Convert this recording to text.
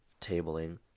tabling